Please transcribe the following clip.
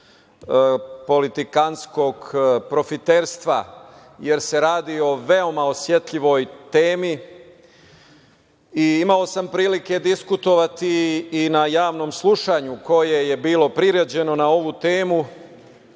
politikantskog profiterstva, jer se radi o veoma osetljivoj temi. Imao sam prilike diskutovati i na javnom slušanju koje je bilo priređeno na ovu temu,